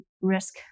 risk